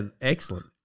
excellent